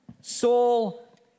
Saul